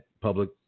public